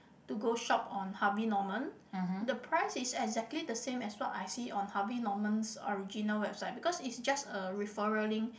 to go shop on Harvey Norman the price is exactly the same as what I see on Harvey Norman's original website because it's just a referral link